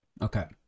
Okay